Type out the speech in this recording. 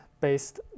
based